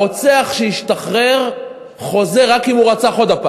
הרוצח שהשתחרר חוזר רק אם הוא רצח שוב.